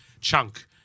chunk